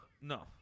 No